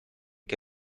que